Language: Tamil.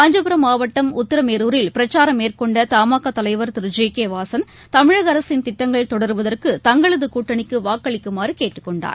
காஞ்சிபுரம் மாவட்டம் உத்தரமேரூரில் பிரச்சாரம் மேற்கொண்டதமாகாதலைவர் திரு ஜி கேவாசன் தமிழகஅரசின் திட்டங்கள் தொடருவதற்கு தங்களதுகூட்டணிக்குவாக்களிக்குமாறுகேட்டுக்கொண்டார்